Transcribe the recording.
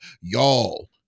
y'all